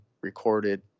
recorded